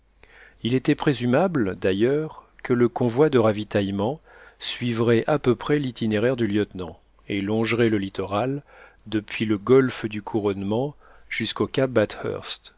il était présumable d'ailleurs que le convoi de ravitaillement suivrait à peu près l'itinéraire du lieutenant et longerait le littoral depuis le golfe du couronnement jusqu'au cap